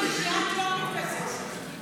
וכעת לדוברת הבאה,